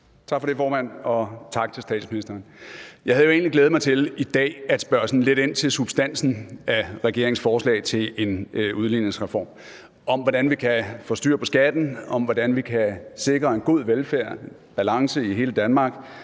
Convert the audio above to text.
Tak for det, formand, og tak til statsministeren. Jeg havde jo egentlig glædet mig til i dag at spørge sådan lidt ind til substansen af regeringens forslag til en udligningsreform, om, hvordan vi kan få styr på skatten, om, hvordan vi kan sikre en god velfærd, balance i hele Danmark,